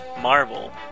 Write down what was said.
Marvel